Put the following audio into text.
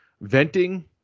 venting